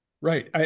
Right